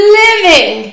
living